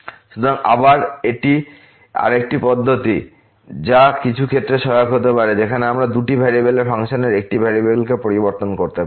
সুতরাং আবার এটি আরেকটি পদ্ধতি যা কিছু ক্ষেত্রে সহায়ক হতে পারে যখন আমরা দুটি ভেরিয়েবলের ফাংশনকে একটি ভেরিয়েবলে পরিবর্তন করতে পারি